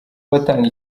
abatanga